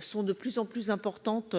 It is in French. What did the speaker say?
Sont de plus en plus importante.